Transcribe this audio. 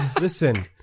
listen